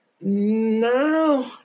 No